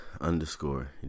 underscore